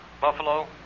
Buffalo